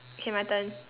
okay my turn